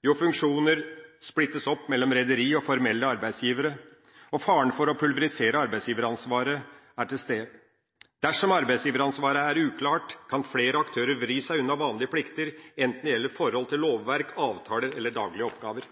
Jo, funksjoner splittes opp mellom rederi og formelle arbeidsgivere, og faren for å pulverisere arbeidsgiveransvaret er til stede. Dersom arbeidsgiveransvaret er uklart, kan flere aktører vri seg unna vanlige plikter, enten det gjelder forhold til lovverk, avtaler eller daglige oppgaver.